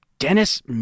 Dennis